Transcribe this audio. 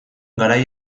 garai